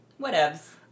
Whatevs